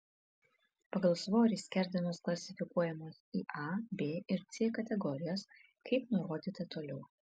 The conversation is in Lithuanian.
pagal svorį skerdenos klasifikuojamos į a b ir c kategorijas kaip nurodyta toliau